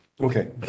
Okay